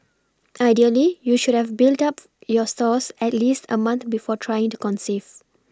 ideally you should have built up your stores at least a month before trying to conceive